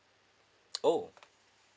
!ow!